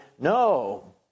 no